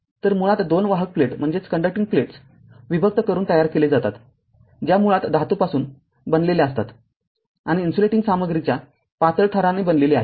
तर मुळात दोन वाहक प्लेट्स विभक्त करून तयार केले जातात ज्या मुळात धातूपासून बनलेल्या असतात आणि इन्सुलेटिंग सामग्रीच्या पातळ थराने बनलेले आहे